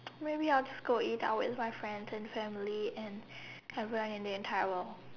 maybe I'll just go eat out with my friends and family and everyone in the entire world